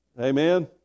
Amen